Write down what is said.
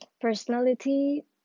personality